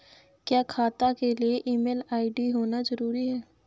क्या खाता के लिए ईमेल आई.डी होना जरूरी है?